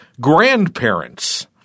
grandparents